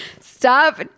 Stop